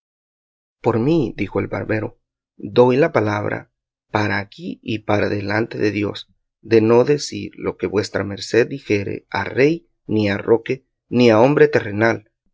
por mí dijo el barbero doy la palabra para aquí y para delante de dios de no decir lo que vuestra merced dijere a rey ni a roque ni a hombre terrenal